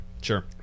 Sure